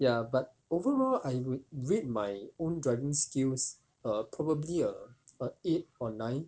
ya but overall I would rate my own driving skills err probably err about eight or nine